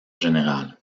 général